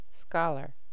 scholar